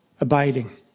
abiding